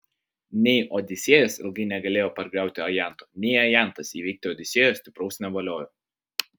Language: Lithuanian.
nei odisėjas ilgai negalėjo pargriauti ajanto neigi ajantas įveikti odisėjo stipraus nevaliojo